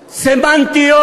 סמנטיות,